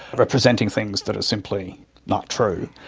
representing things that are simply not true.